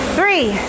Three